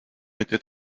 était